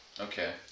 Okay